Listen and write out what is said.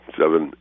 seven